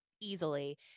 easily –